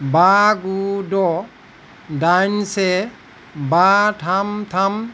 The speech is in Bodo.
बा गु द' दाइन से बा थाम थाम